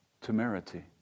temerity